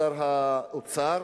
שר האוצר,